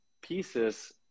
pieces